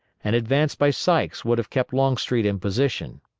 an advance by sykes would have kept longstreet in position.